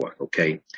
Okay